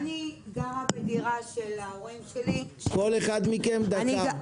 כל אחד מכם דקה.